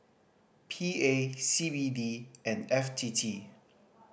P A C B D and F T T